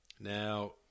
Now